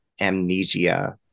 amnesia